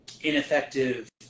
ineffective